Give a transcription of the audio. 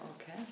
Okay